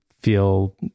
feel